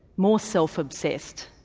more self obsessed,